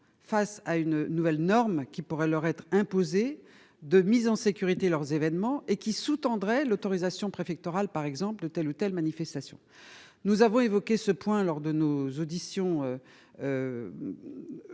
face à une nouvelle norme qui pourrait leur être imposé de mise en sécurité, leurs événements et qui sous-tendrait l'autorisation préfectorale par exemple de telle ou telle manifestation. Nous avons évoqué ce point lors de nos auditions. Effectuées